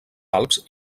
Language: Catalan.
alps